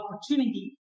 opportunity